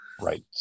right